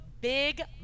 big